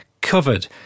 covered